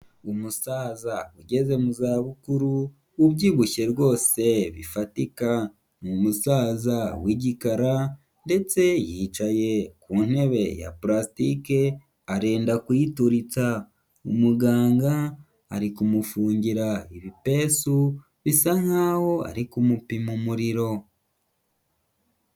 Umusaza ugeze mu zabukuru ubyibushye rwose bifatika, ni umusaza w'igikara ndetse yicaye ku ntebe ya pulasitike arenda kuyitutsa, umuganga ari kumufungira ibipesu bisa nk'aho ari kumupima umuriro.